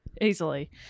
Easily